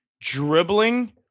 dribbling